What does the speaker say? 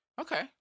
okay